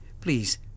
please